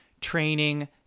training